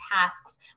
tasks